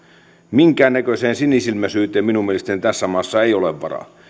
minkäännäköiseen sinisilmäisyyteen minun mielestäni tässä maassa ei ole varaa